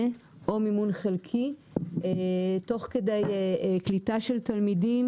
או מימון חלקי תוך כדי קליטה של תלמידים.